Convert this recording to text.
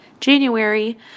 January